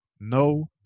No